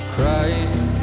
Christ